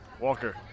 Walker